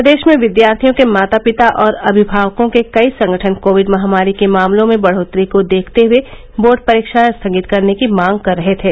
प्रदेश में विद्यार्थियों के माता पिता और अभिमावकों के कई संगठन कोविड महामारी के मामलों में बढोतरी को देखते हए बोर्ड परीक्षाएं स्थगित करने की मांग कर रहे थे